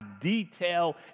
detail